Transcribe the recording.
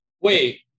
Wait